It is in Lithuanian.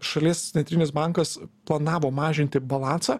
šalies centrinis bankas planavo mažinti balansą